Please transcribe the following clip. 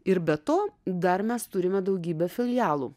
ir be to dar mes turime daugybę filialų